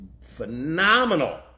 phenomenal